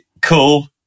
cool